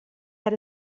had